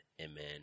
amen